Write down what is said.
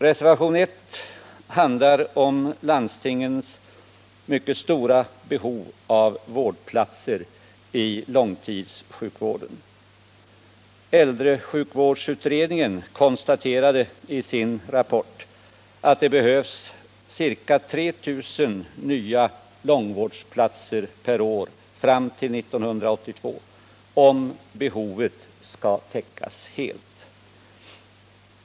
Reservationen 1 handlar om landstingens mycket stora behov av vårdplatser i långtidssjukvården. Äldresjukvårdsutredningen konstaterade i sin rapport att det behövs ca 3 000 nya långvårdsplatser per år fram till 1982 om behovet skall täckas helt.